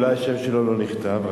אולי השם שלו לא נכתב.